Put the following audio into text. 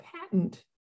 patent